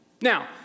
Now